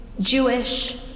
Jewish